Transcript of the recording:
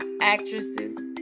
actresses